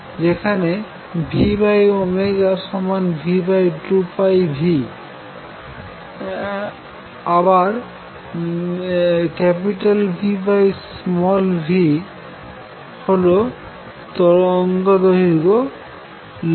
এখন vω v2πν আবার vν হল তরঙ্গ দৈর্ঘ্য λ